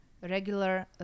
regular